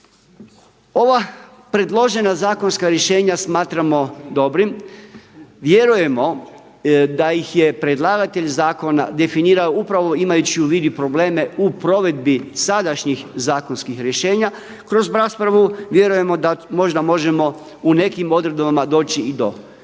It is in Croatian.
Ova predložena zakonska rješenja smatramo dobrim. Vjerujemo da ih je predlagatelj zakona definirao upravo imajući u vidu i probleme u provedbi sadašnjih zakonskih rješenja. Kroz raspravu vjerujemo da možda možemo u nekim odredbama doći i do